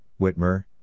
Whitmer